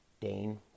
Dane